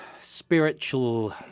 spiritual